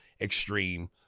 extreme